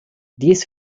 dies